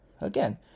again